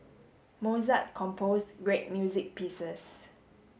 Mozart composed great music pieces